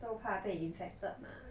都怕被 infected mah